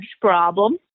problem